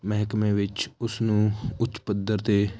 ਮਹਿਕਮੇ ਵਿੱਚ ਉਸਨੂੰ ਉੱਚ ਪੱਧਰ 'ਤੇ